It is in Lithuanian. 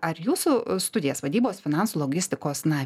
ar jūsų studijas vadybos finansų logistikos na